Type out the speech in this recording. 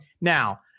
Now